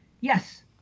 yes